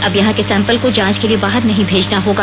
अब यहां के सैंपल को जांच के लिए बाहर नहीं भेजना होगा